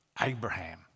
Abraham